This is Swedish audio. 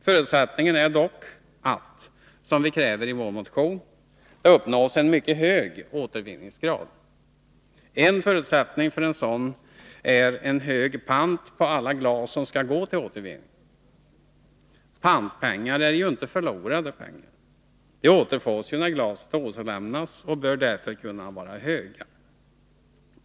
Förutsättningen är dock att det, som vi kräver i vår motion, uppnås en mycket hög återvinningsgrad. En förutsättning för en sådan är en hög pant på alla glas som skall gå till återvinning. Pantpengar är inte förlorade — de återfås ju när glaset återlämnas, och panten bör därför kunna vara hög.